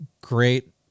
great